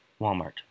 Walmart